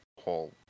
whole